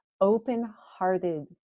open-hearted